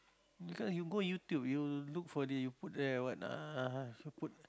because you go YouTube you look for the you put the what uh you put